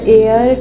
air